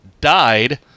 died